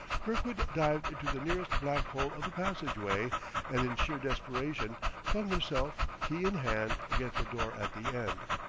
kirkwood dived into the nearest black hole of a passageway and in sheer desperation flung himself, key in hand, against the door at the end.